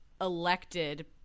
elected